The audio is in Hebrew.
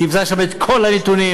תמצא שם את כל הנתונים,